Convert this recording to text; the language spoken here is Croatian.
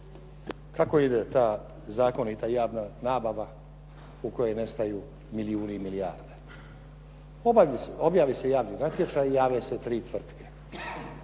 Kako ide ta zakonita i javna nabava u kojoj nestaju milijuni i milijarde. Objavi se javni natječaj, jave se tri tvrtke